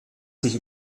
sich